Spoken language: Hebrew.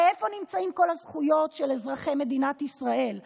הרי איפה נמצאות כל הזכויות של אזרחי מדינת ישראל לשוויון,